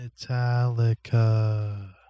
Metallica